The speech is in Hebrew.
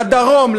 לדרום,